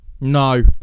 No